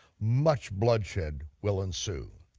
much bloodshed will ensue.